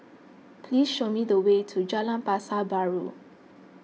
please show me the way to Jalan Pasar Baru